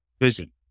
vision